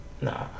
Nah